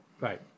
Right